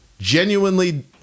genuinely